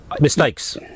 Mistakes